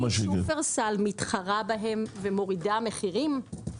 כי שופרסל מתחרה בהם ומורידה מחירים.